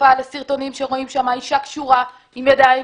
נחשפה לסרטונים, רואים שם אישה קשורה עם הידיים